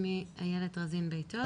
שמי איילת רזין בית אור,